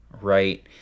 right